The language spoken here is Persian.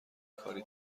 کاری